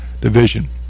Division